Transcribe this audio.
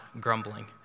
grumbling